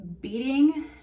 beating